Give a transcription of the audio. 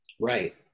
Right